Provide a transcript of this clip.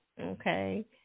Okay